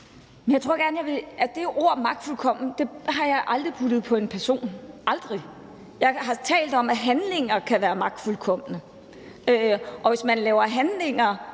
Det ord, magtfuldkommen, har jeg aldrig puttet på en person – aldrig. Jeg har talt om, at handlinger kan være magtfuldkomne, og hvis man laver handlinger,